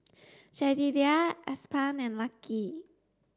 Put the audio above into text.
Jedidiah Aspen and Lucky